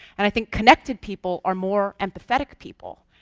and i think connected people are more empathetic people,